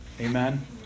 Amen